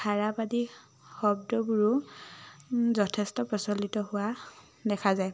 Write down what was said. খাৰাপ আদি শব্দবোৰো যথেষ্ট প্ৰচলিত হোৱা দেখা যায়